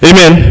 Amen